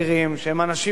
אנשים רציניים,